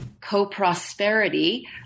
co-prosperity